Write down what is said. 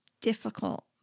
difficult